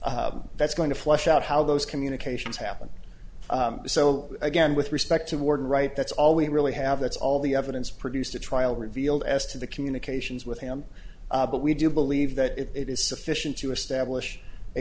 that's going to flesh out how those communications happen so again with respect to warden right that's all we really have that's all the evidence produced a trial revealed as to the communications with him but we do believe that it is sufficient to establish a